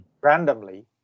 randomly